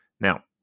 Now